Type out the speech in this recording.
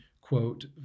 quote